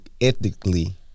ethically